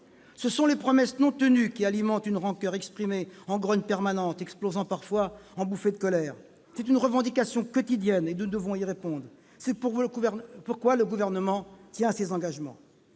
Ce sont les promesses non tenues qui alimentent une rancoeur exprimée en grogne permanente, explosant parfois en bouffées de colère. C'est une revendication quotidienne. Nous devons y répondre. C'est pourquoi le Gouvernement tient ses engagements.